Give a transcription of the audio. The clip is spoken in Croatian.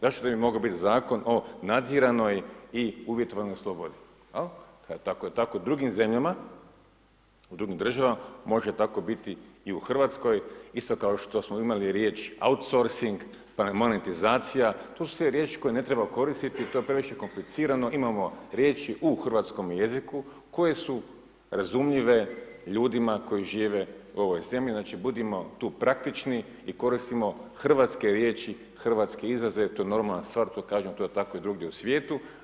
Zašto ne bi mogao biti Zakon o nadziranoj i uvjetovanoj slobodi, jel, ako je tako u drugim zemljama u drugim državama može tako biti i u Hrvatskoj isto kao što smo imali riječ autsorsing …/nerazumljivo/… to su sve riječi koje ne treba koristiti to je previše komplicirano imamo riječi u hrvatskome jeziku koje su razumljive ljudima koji žive u ovoj zemlji, znači budimo tu praktični i koristimo hrvatske riječi, hrvatske izraze jer je to normalna stvar to kažem to je tako i drugdje u svijetu.